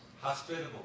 Hospitable